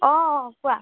অঁ কোৱা